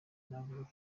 navuga